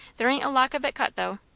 there ain't a lock of it cut, though.